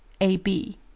ab